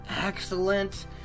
excellent